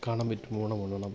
കാണം വിറ്റും ഓണം ഉണ്ണണം